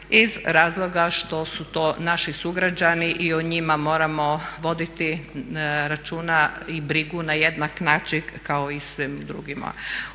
iz razloga što su to naši sugrađani i o njima moramo voditi računa i brigu na jednak način kao i svim drugima.